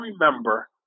remember